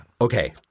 Okay